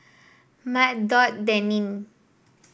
Mal Dot Denine